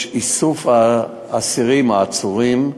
יש איסוף של האסירים, העצורים.